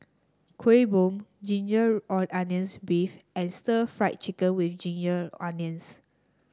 Kueh Bom Ginger Onions beef and Stir Fried Chicken with Ginger Onions